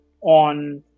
on